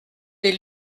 des